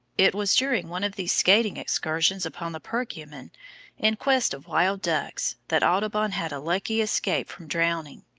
it was during one of these skating excursions upon the perkiomen in quest of wild ducks, that audubon had a lucky escape from drowning.